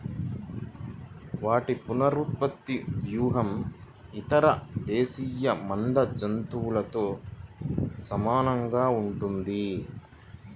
వాటి పునరుత్పత్తి వ్యూహం ఇతర దేశీయ మంద జంతువులతో సమానంగా ఉంటుంది